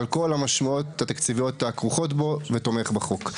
על כל המשמעויות התקציביות הכרוכות בו ותומך בחוק.